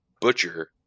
butcher